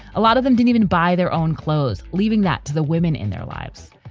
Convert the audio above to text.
a lot of them don't even buy their own clothes. leaving that to the women in their lives,